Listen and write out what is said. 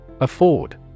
Afford